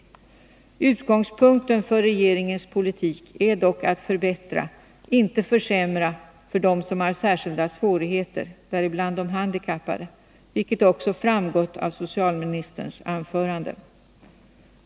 Utgångspunkten för regeringens politik är att förbättra, inte försämra, för dem som har särskilda svårigheter, däribland de handikappade, vilket också framgått av socialministerns anförande.